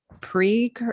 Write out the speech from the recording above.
pre